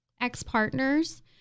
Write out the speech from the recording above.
ex-partners